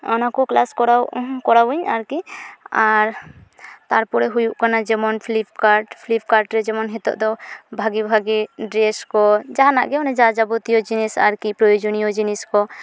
ᱚᱱᱟᱠᱚ ᱠᱞᱟᱥ ᱠᱚᱨᱟᱣ ᱠᱚᱨᱟᱣᱟᱹᱧ ᱟᱨᱠᱤ ᱟᱨ ᱛᱟᱨᱯᱚᱨᱮ ᱦᱩᱭᱩᱜ ᱠᱟᱱᱟ ᱡᱮᱢᱚᱱ ᱯᱷᱞᱤᱯᱠᱟᱴ ᱯᱷᱞᱤᱯᱠᱟᱴᱨᱮ ᱡᱮᱢᱚᱱ ᱦᱤᱛᱚᱜ ᱫᱚ ᱵᱷᱟᱜᱮ ᱵᱷᱟᱜᱮ ᱰᱨᱮᱥ ᱠᱚ ᱡᱟᱦᱟᱱᱟᱜ ᱜᱮ ᱡᱟ ᱡᱟᱵᱚᱛᱤᱭᱚ ᱡᱤᱱᱤᱥ ᱟᱨᱠᱤ ᱯᱨᱚᱭᱳᱡᱚᱱᱤᱭᱚ ᱡᱤᱱᱤᱥ ᱠᱚ